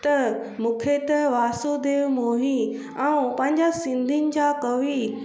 त मूंखे त वासुदेव मोही ऐं पंहिंजा सिंधियुनि जा कवि